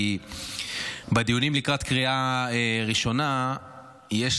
כי בדיונים לקראת קריאה ראשונה יש